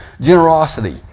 generosity